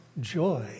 joy